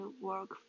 work